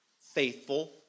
faithful